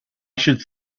should